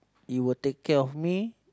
you will take care of me